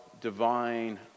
divine